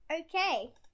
Okay